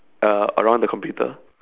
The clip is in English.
uh around the computer